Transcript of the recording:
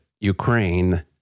Ukraine